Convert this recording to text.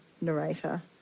narrator